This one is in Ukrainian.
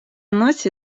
носі